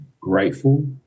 grateful